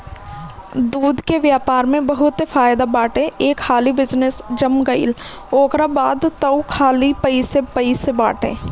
दूध के व्यापार में बहुते फायदा बाटे एक हाली बिजनेस जम गईल ओकरा बाद तअ खाली पइसे पइसे बाटे